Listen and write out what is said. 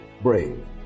brave